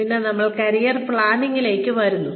പിന്നെ നമ്മൾ കരിയർ പ്ലാനിംഗിലേക്ക് വരുന്നു